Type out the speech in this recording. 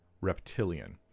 reptilian